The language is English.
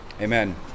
Amen